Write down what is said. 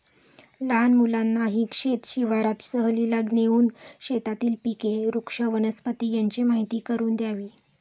लहान मुलांनाही शेत शिवारात सहलीला नेऊन शेतातील पिके, वृक्ष, वनस्पती यांची माहीती करून द्यावी